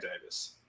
Davis